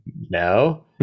no